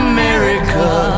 America